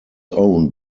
owned